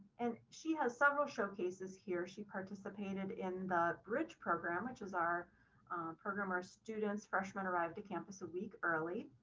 and she has several showcases here she participated in the bridge program, which is our program our students, freshmen arrive to campus a week early,